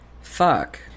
fuck